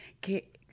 que